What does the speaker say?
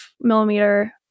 millimeter